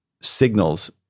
signals